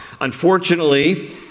Unfortunately